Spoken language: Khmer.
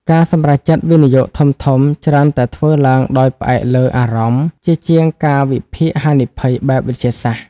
ការសម្រេចចិត្តវិនិយោគធំៗច្រើនតែធ្វើឡើងដោយផ្អែកលើ "អារម្មណ៍" ជាជាងការវិភាគហានិភ័យបែបវិទ្យាសាស្ត្រ។